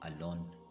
alone